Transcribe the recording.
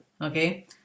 Okay